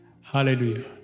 Hallelujah